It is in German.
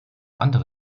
andere